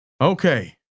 Okay